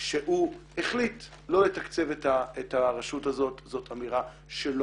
שהוא החליט לא לתקצב את הרשות הזאת זאת אמירה שלא